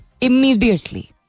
immediately